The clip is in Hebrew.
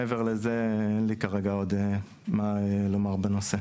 מעבר לזה אין לי כרגע עוד מה לומר בנושא.